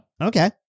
Okay